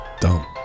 dumb